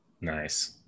Nice